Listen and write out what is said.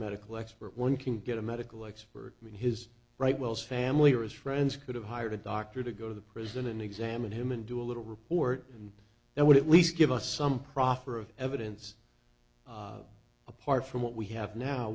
medical expert one can get a medical expert in his right well family or his friends could have hired a doctor to go to the prison and examine him and do a little report and that would at least give us some proffer of evidence apart from what we have now